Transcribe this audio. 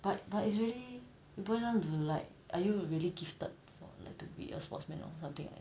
but but it's really boil down to like are you really gifted to be a sportsman or something